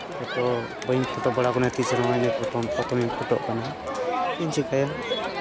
photo ᱵᱟᱹᱧ photo ᱵᱟᱲᱟ ᱟᱠᱟᱱᱟ ᱛᱤᱸᱥ ᱨᱮᱦᱚᱸ ᱤᱱᱟᱹ ᱯᱨᱚᱛᱷᱚᱢ ᱤᱧ ᱯᱷᱚᱴᱳᱜ ᱠᱟᱱᱟ ᱪᱮᱫ ᱤᱧ ᱪᱮᱠᱟᱭᱟ